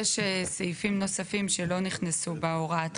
יש סעיפים נוספים שלא נכנסו בהוראה.